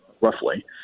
roughly